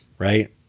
right